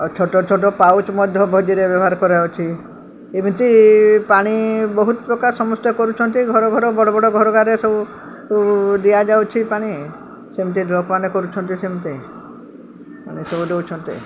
ଆଉ ଛୋଟ ଛୋଟ ପାଉଚ ମଧ୍ୟ ଭୋଜିରେ ବ୍ୟବହାର କରାଯାଉଛି ଏମିତି ପାଣି ବହୁତ ପ୍ରକାର ସମସ୍ତେ କରୁଛନ୍ତି ଘର ଘର ବଡ଼ ବଡ଼ ଘରଗାରେ ସବୁ ଦିଆଯାଉଛି ପାଣି ସେମିତି ଲୋକମାନେ କରୁଛନ୍ତି ସେମିତି ସବୁ ଦଉଛନ୍ତି